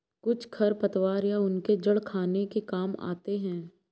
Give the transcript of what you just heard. कुछ खरपतवार या उनके जड़ खाने के काम आते हैं